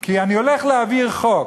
כי אני הולך להעביר חוק.